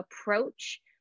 approach